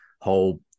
whole